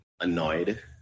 annoyed